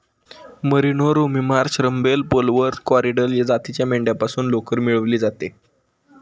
merino, Romney Marsh, Rambouillet, Polwarth, Corriedale जातीच्या मेंढ्यांपासून लोकर मिळवली जाते